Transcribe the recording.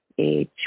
age